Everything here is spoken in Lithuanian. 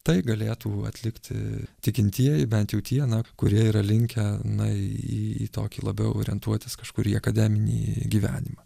tai galėtų atlikti tikintieji bent jau tie na kurie yra linkę na į tokį labiau orientuotis kažkur į akademinį gyvenimą